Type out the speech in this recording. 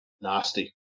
Nasty